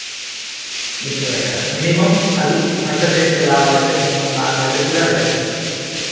machine పెట్టాలి minimum అది పంట చేతికి రావాలంటే మినిమం నాలుగు నెలల చిల్లరైతుంది